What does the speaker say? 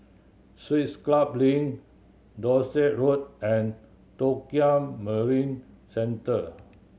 Swiss Club Link Dorset Road and Tokio Marine Centre